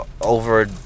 over